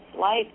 life